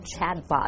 chatbot